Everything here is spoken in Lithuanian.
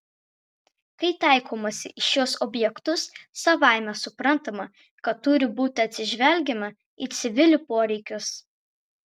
kai taikomasi į šiuos objektus savaime suprantama kad turi būti atsižvelgiama į civilių poreikius